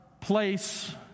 place